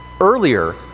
Earlier